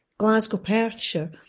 Glasgow-Perthshire